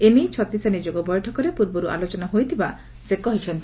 ଏନେଇ ଛତିଶା ନିଯୋଗ ବୈଠକରେ ପୂର୍ବରୁ ଆଲୋଚନା କରାଯାଇଛି ବୋଲି ସେ କହିଛନ୍ତି